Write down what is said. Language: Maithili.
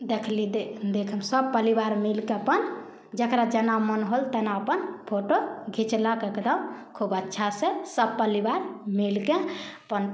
देखली दे देखैमे सभ परिवार मिलकऽ अपन जकरा जेना मोन होल तेना अपन फोटो घिचेलक एकदम खूब अच्छा से सभ परिवार मिलिके अपन